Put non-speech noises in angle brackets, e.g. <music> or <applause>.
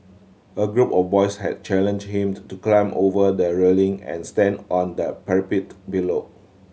a group of boys had challenged him <unintelligible> to climb over the railing and stand on the parapet below